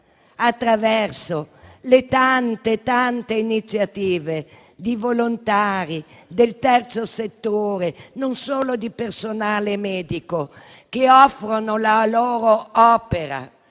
attraverso le tante iniziative di volontari del terzo settore, non solo di personale medico, che offrono la loro opera.